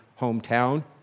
hometown